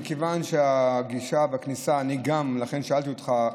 לכן שאלתי אותך.